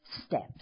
steps